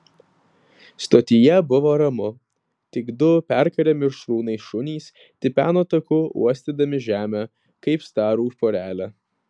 stotyje buvo ramu tik du perkarę mišrūnai šunys tipeno taku uostydami žemę kaip starų porelė